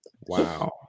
Wow